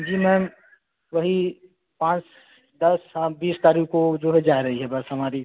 जी ma'am वही पाँच दस शाम बीस तारीख़ को जो है जा रही है बस हमारी